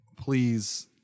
please